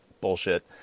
bullshit